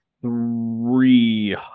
three